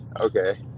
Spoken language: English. Okay